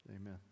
Amen